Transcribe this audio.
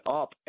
up